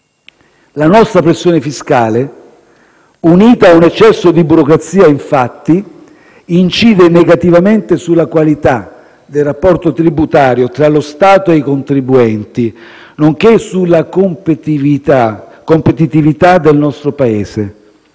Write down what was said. La nostra pressione fiscale, unita a un eccesso di burocrazia, infatti, incide negativamente sulla qualità del rapporto tributario tra lo Stato e i contribuenti, nonché sulla competitività del nostro Paese.